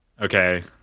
Okay